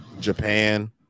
Japan